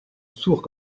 sourd